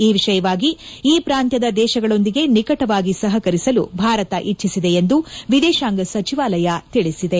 ಈ ವಿಷಯವಾಗಿ ಈ ಪ್ರಾಂತ್ಯದ ದೇಶಗಳೊಂದಿಗೆ ನಿಕಟವಾಗಿ ಸಹಕರಿಸಲು ಭಾರತ ಇಚ್ಚಿಸಿದೆ ಎಂದು ವಿದೇಶಾಂಗ ಸಚಿವಾಲಯ ತಿಳಿಸಿದೆ